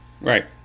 Right